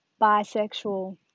bisexual